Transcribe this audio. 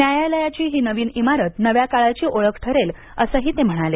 न्यायालयाची ही नवीन इमारत नव्या काळाची ओळख ठरेल असं ते म्हणाले